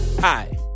Hi